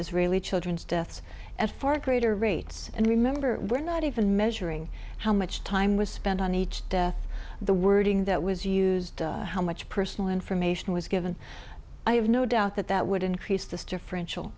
israeli children's deaths at far greater rates and remember we're not even measuring how much time was spent on each death the wording that was used how much personal information was given i have no doubt that that would increase the differential